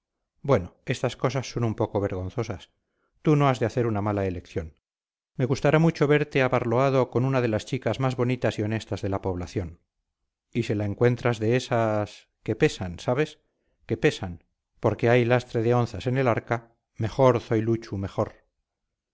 bueno estas cosas son un poco vergonzosas tú no has de hacer una mala elección me gustará mucho verte abarloado con una de las chicas más bonitas y honestas de la población y si la encuentras de esas que pesan sabes que pesan porque hay lastre de onzas en el arca mejor zoiluchu mejor